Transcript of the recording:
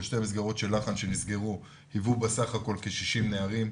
ובשתי המסגרות של לחן שנסגרו היוו בסך הכול כ-100 נערים,